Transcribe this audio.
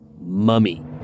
mummy